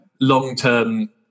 long-term